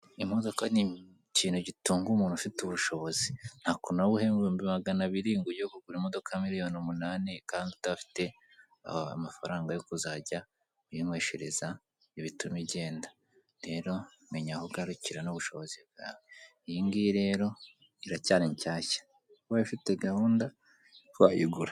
Imodoka ni ikintu gitunga umuntu ufite ubushobozi, nta kuntu waba uhembwa aibihumbi magana abiri ngo ujye kugura imodoka ya miliyoni umunani kandi udafite amafaranga yo kuzajya uyinyweshereza ibituma igenda, rero menya aho ugarukira n'ubushobozi bwawe. Iyi ngiyo rero iracyari nshyashya, ubaye ufite gahunda wayigura.